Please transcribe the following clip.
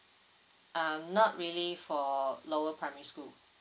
um not really for lower primary school